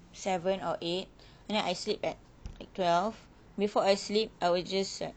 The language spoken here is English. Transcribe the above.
seven or eight and then I sleep at twelve before I sleep I will just